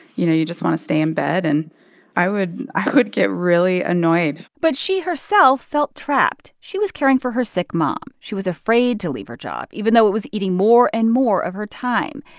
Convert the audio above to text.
you know, you just want to stay in bed. and i would i would get really annoyed but she herself felt trapped. she was caring for her sick mom. she was afraid to leave her job even though it was eating more and more of her time.